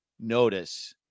notice